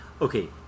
Okay